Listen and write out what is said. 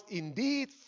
indeed